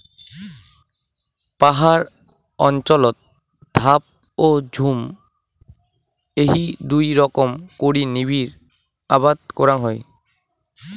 পাহাড় অঞ্চলত ধাপ ও ঝুম এ্যাই দুই রকম করি নিবিড় আবাদ করাং হই